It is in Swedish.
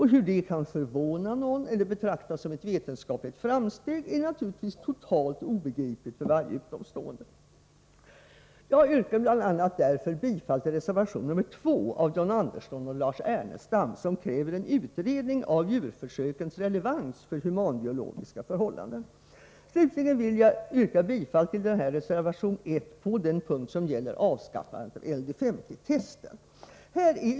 Hur detta kan förvåna någon eller betraktas som ett vetenskapligt framsteg är naturligtvis totalt obegripligt för varje utomstående. Jag yrkar bl.a. mot den här bakgrunden bifall till reservation nr 2 av John Andersson och Lars Ernestam, som kräver en utredning av djurförsökens relevans för humanbiologiska förhållanden. Jag vill i detta sammanhang också yrka bifall till reservation 1, på den punkt som gäller avskaffandet av LD 50-tester.